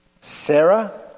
Sarah